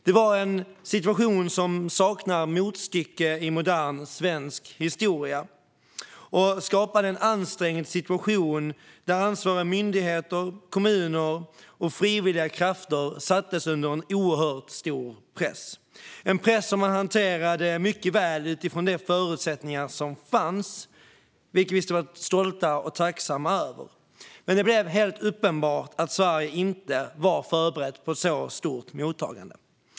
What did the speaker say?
Det var en situation som saknar motstycke i modern svensk historia och som skapade ett ansträngt läge där ansvariga myndigheter, kommuner och frivilliga krafter sattes under oerhört stor press. Denna press hanterade man mycket väl utifrån de förutsättningar som fanns, vilket vi ska vara stolta över och tacksamma för, men det blev helt uppenbart att Sverige inte var förberett på ett så stort mottagande.